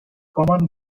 common